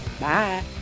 Bye